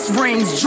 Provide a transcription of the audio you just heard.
rings